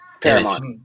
Paramount